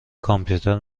کامپیوتر